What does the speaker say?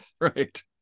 Right